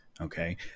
okay